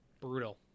Brutal